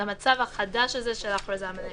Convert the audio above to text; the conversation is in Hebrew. למצב החדש של ההכרזה המלאה,